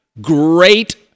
Great